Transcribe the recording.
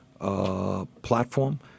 platform